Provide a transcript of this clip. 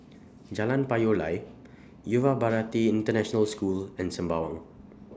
Jalan Payoh Lai Yuva Bharati International School and Sembawang